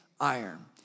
iron